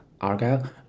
Argyle